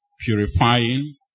purifying